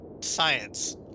Science